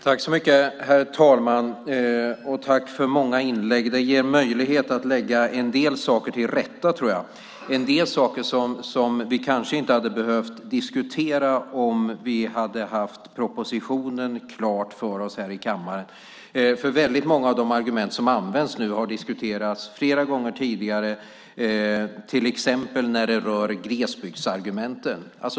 Herr talman! Tack för många inlägg! Det ger möjlighet att lägga en del saker till rätta. Det finns en del saker som vi kanske inte hade behövt diskutera om vi hade haft propositionen framför oss här i kammaren. Väldigt många av de argument som nu använts har diskuterats flera gånger tidigare. Det gäller till exempel glesbygdsargumenten.